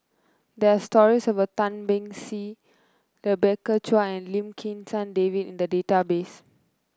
there stories about Tan Beng Swee Rebecca Chua and Lim Kim San David in the database